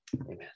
Amen